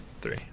three